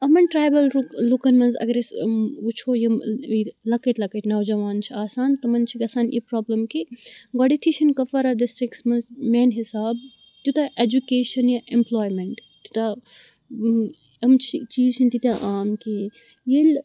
یِمَن ٹَرایبَل لوٚ لُکَن منٛز اَگَر أسۍ وُچھو یِم لَکٕٹۍ لَکٕٹۍ نَوجَوان چھِ آسان تِمَن چھِ گَژھان یہِ پرابلِم کہِ گۄڈٕنیٚتھٕے چھنہٕ کپوارا ڈِسٹرکَس منٛز مِیانہِ حساب تِیوٗتاہ ایٚجوکیشَن یا ایٚمپٕلایمیٚنٹ تیوٗتاہ یِم چھ چیز چھِنہِ تیتیہ عام کیٚنٛہہ ییٚلہِ